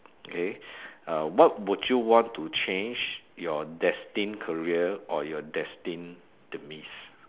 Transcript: okay uh what would you want to change your destined career or your destined demise